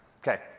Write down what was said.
Okay